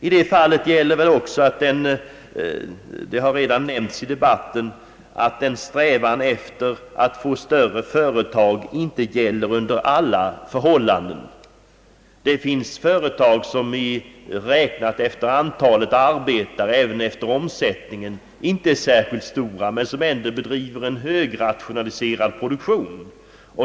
I det fallet gäller väl också, vilket redan nämnts i debatten, att en strävan efter att få större företag inte ger vinster under alla förhållanden. Det finns företag, som räknat efter antalet arbetare — och även räknat efter omsättningen — inte är särskilt stora men ändå bedriver en högrationaliserad produktion.